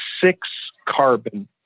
six-carbon